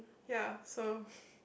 ya so